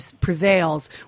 prevails